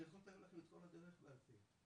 אני יכול לתאר לכם את כל הדרך בעל פה.